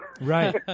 Right